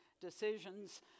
decisions